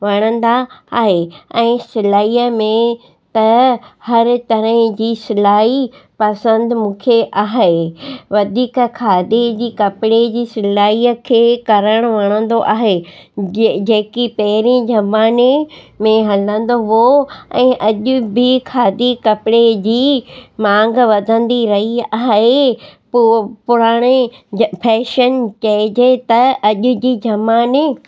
वणंदा आहे ऐं सिलाईअ में त हर तरह जी सिलाई पसंदि मूंखे आहे वधीक खादी जी कपिड़े जी सिलाईअ खे करणु वणंदो आहे जे जेकी पहिरीं ज़माने में हलंदो हुओ ऐं अॼु बि खादी कपिड़े जी मांगु वधंदी रही आहे पोइ पुराणे फ़ैशन चइजे त अॼु जे ज़माने